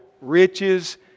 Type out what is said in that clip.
riches